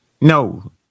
No